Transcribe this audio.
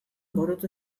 burutu